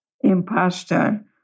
imposter